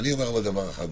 אבל אני אומר דבר אחד,